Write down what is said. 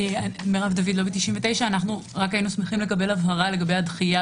אני מלובי 99. היינו שמחים לקבל הבהרה לגבי הדחייה